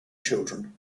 children